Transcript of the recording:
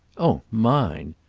oh mine!